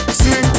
see